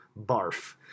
barf